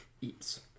eats